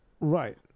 Right